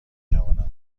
توانم